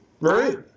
Right